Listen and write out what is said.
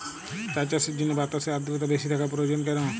চা চাষের জন্য বাতাসে আর্দ্রতা বেশি থাকা প্রয়োজন কেন?